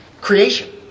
creation